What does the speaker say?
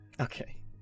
Okay